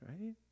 right